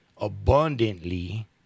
abundantly